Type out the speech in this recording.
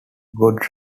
god